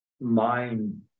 mind